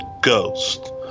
ghost